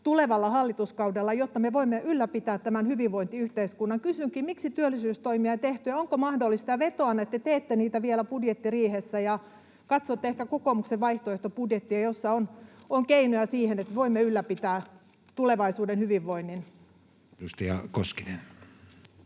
tulevalla hallituskaudella, jotta me voimme ylläpitää tämän hyvinvointiyhteiskunnan. Kysynkin: miksi työllisyystoimia ei tehty? Vetoan, että teette niitä vielä budjettiriihessä ja katsotte ehkä kokoomuksen vaihtoehtobudjettia, jossa on keinoja siihen, että voimme ylläpitää tulevaisuuden hyvinvoinnin. Edustaja Koskinen.